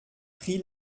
prix